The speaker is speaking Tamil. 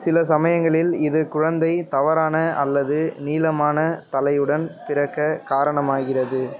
சில சமயங்களில் இது குழந்தை தவறான அல்லது நீளமான தலையுடன் பிறக்க காரணமாகிறது